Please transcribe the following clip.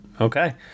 Okay